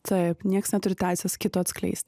taip nieks neturi teisės kito atskleisti